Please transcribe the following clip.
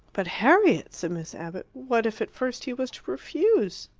but, harriet, said miss abbott, what if at first he was to refuse?